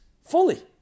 fully